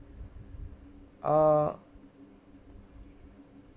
uh